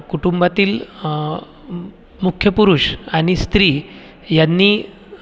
कुटुंबातील मुख्य पुरुष आणि स्त्री यांनी